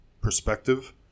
perspective